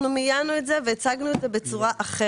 אנחנו מיינו את זה והצגנו את זה בצורה אחרת.